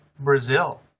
Brazil